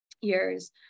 years